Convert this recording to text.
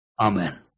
Amen